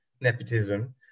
nepotism